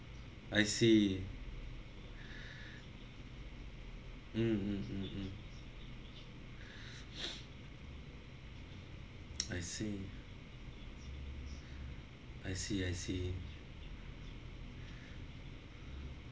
I see mm mm mm mm I see I see I see